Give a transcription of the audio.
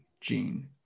Gene